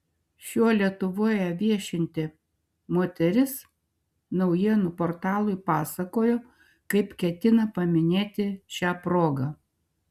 šiuo lietuvoje viešinti moteris naujienų portalui pasakojo kaip ketina paminėti šią progą